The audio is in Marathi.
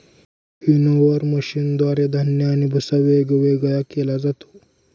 विनोवर मशीनद्वारे धान्य आणि भुस्सा वेगवेगळा केला जातो